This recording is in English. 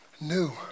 New